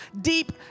deep